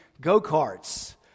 go-karts